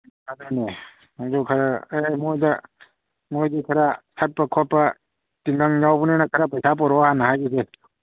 ꯑꯗꯨꯅꯦ ꯑꯗꯨ ꯈꯔ ꯑꯦ ꯃꯣꯏꯗ ꯃꯣꯏꯗꯤ ꯈꯔ ꯁꯠꯄ ꯈꯣꯠꯄ ꯇꯤꯡꯒꯪ ꯌꯥꯎꯕꯅꯤꯅ ꯈꯔ ꯄꯩꯁꯥ ꯄꯣꯔꯛꯑꯣ ꯍꯥꯟꯅ ꯍꯥꯏꯒꯤꯒꯦ